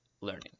learning